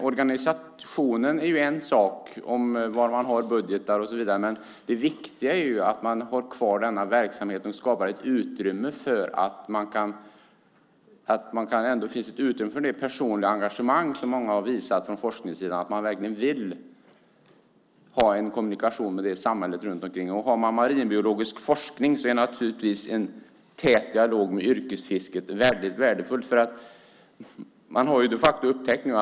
Organisationen är en sak, var man har budgetar och så vidare, men det viktiga är att denna verksamhet finns kvar och att det finns ett utrymme för det personliga engagemang som många har visat från forskningssidan, att man verkligen vill ha en kommunikation med samhället runt omkring. Bedriver man marinbiologisk forskning är det naturligtvis väldigt värdefullt med en tät dialog med yrkesfisket.